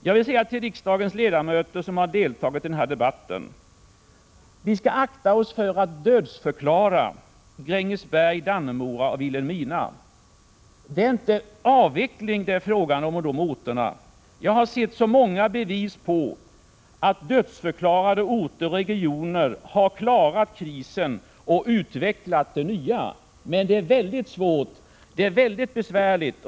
Jag vill säga till de riksdagens ledamöter som har deltagit i denna debatt att vi måste akta oss för att dödförklara Grängesberg, Dannemora och Vilhelmina. Det är inte en avveckling av dessa orter det är fråga om. Jag har sett många bevis på att dödförklarade orter och regioner har klarat krisen och utvecklat ny verksamhet, men det är mycket svårt och mycket besvärligt.